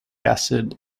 acid